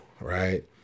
right